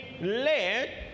led